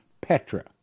Petra